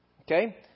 Okay